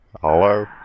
Hello